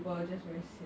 so much money